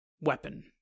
weapon